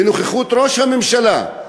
כנס בנוכחות ראש הממשלה,